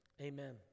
Amen